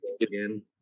again